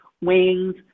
wings